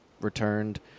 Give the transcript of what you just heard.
returned